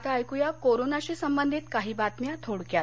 आता ऐक या कोरोनाशी संबंधित काही बातम्या थोडक्यात